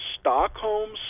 stockholm